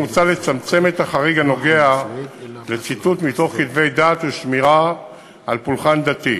מוצע לצמצם את החריג הנוגע לציטוט מתוך כתבי דת ושמירה על פולחן דתי,